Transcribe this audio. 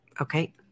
Okay